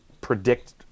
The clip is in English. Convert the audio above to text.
predict